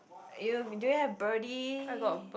you do you have birdie